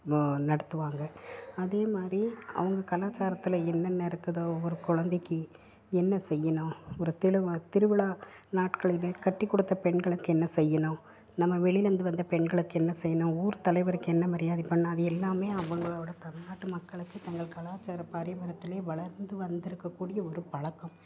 வோ நடத்துவாங்க அதே மாதிரி அவங்க கலாச்சாரத்தில் என்னென்ன இருக்குதோ ஒரு குழந்தைக்கி என்ன செய்யணும் ஒரு தெளிவா திருவிழா நாட்களிலே கட்டிக் கொடுத்த பெண்களுக்கு என்ன செய்யணும் நம்ம வெளிலேந்து வந்த பெண்களுக்கு என்ன செய்யணும் ஊர்த் தலைவருக்கு என்ன மரியாதை பண்ணிணா அது எல்லாம் அவங்களோடய தமிழ்நாட்டு மக்களுக்கு தங்கள் கலாச்சார பரம்பரியத்தில் வளர்ந்து வந்துருக்கக்கூடிய ஒரு பழக்கம்